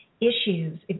issues